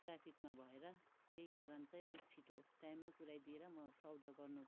ट्राफिकमा भएर त्यही कारण ण अलिक छिटो टाइममा पुऱ्याइ दिएर म सौदा गर्नु